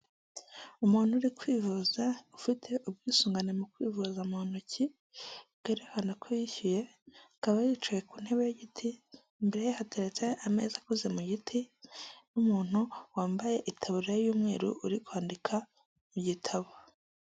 Umuntu uri kwivuza ufite ubwisungane mu kwivuza mu ntoki bwerekana ko yishyuye akaba yicaye ku ntebe y'igiti, imbere ye hateretse ameza akoze mu giti n'umuntu wambaye itaburiya y'umweru uri kwandika mu gitabo.